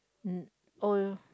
no oh